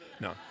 No